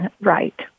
right